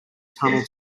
tunnel